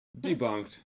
Debunked